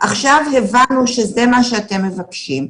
עכשיו הבנו שזה מה שאתם מבקשים,